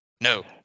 No